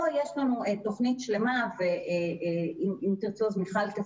פה יש לנו תוכנית שלמה שעשינו במשרד הכלכלה אם תרצו מיכל,